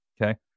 okay